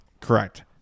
Correct